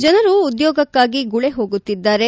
ಜನರು ಉದ್ಯೋಗಕ್ಕಾಗಿ ಗುಳೆ ಹೋಗುತ್ತಿದ್ದಾರೆ